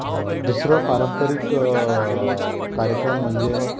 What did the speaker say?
दुसरो पारंपारीक कार्यक्रम म्हणजे